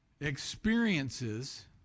Experiences